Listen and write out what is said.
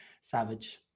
Savage